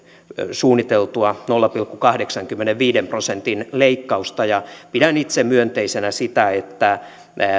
suunniteltua nolla pilkku kahdeksankymmenenviiden prosentin leikkausta ja pidän itse myönteisenä sitä että